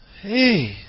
Hey